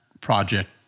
project